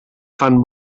fan